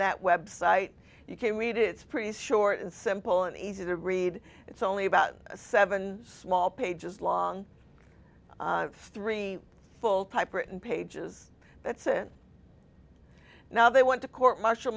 that website you can read it it's pretty short and simple and easy to read it's only about seven small pages long three full typewritten pages that's it now they went to court mar